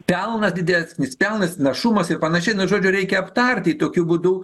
pelnas didesnis pelnas našumas ir panašiai nu žodžiu reikia aptarti tokiu būdu